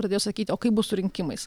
pradėjo sakyti o kaip bus su rinkimais